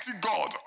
God